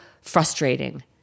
frustrating